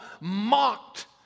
mocked